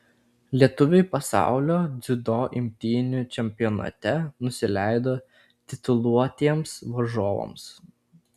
lietuviai pasaulio dziudo imtynių čempionate nusileido tituluotiems varžovams